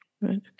Right